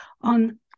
on